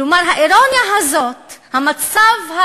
כלומר האירוניה הזאת, המצב,